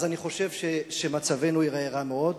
אז אני חושב שמצבנו ייראה רע מאוד.